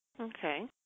Okay